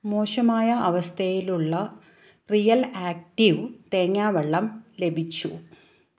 മോശമായ അവസ്ഥയിലുള്ള real active തേങ്ങാവെള്ളം ലഭിച്ചു